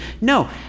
No